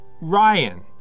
Ryan